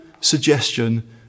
suggestion